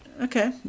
Okay